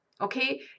Okay